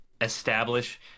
establish